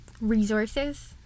resources